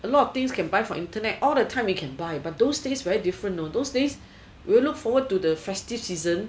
a lot of things can buy from internet all the time you can buy but those days very different you know those days you will look forward to the festive season